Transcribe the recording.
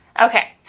Okay